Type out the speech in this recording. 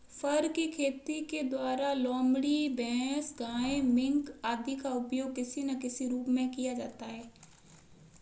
फर की खेती के द्वारा लोमड़ी, भैंस, गाय, मिंक आदि का उपयोग किसी ना किसी रूप में किया जाता है